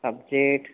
subject